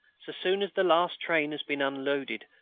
so soon as the last train has been unloaded.